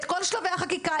את כל שלבי החקיקה,